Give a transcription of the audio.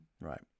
Right